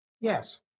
Yes